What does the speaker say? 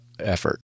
effort